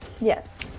Yes